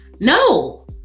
no